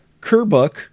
Kerbuk